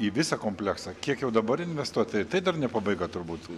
į visą kompleksą kiek jau dabar investuota ir tai dar ne pabaiga turbūt